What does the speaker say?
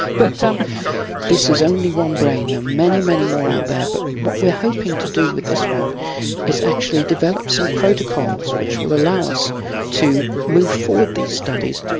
but um this is only one brain there are many, many more out there but what we are hoping to do with this one is actually develop some protocols which will allow us to move forward these studies.